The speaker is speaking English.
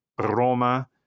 Roma